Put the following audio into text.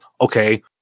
okay